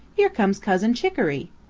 here comes cousin chicoree.